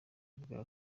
ubwa